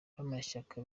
b’amashyaka